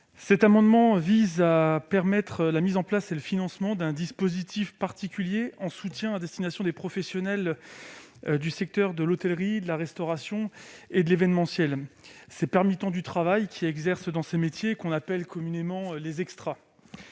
Cet amendement vise à permettre la mise en place et le financement d'un dispositif particulier de soutien à destination des professionnels des secteurs de la restauration, de l'hôtellerie et de l'événementiel, ces permittents du travail qui exercent dans ces métiers appelés communément les « extras